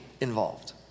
involved